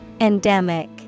Endemic